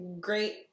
great